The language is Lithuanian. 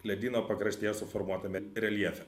ledyno pakraštyje suformuotame reljefe